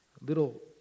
little